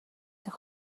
нэг